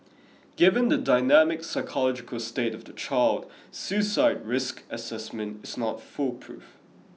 given the dynamic psychological state of the child suicide risk assessment is not foolproof